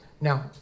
Now